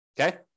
okay